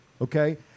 okay